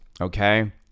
okay